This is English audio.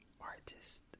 artist